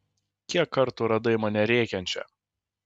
kiek kartų radai mane rėkiančią